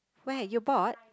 where are you bought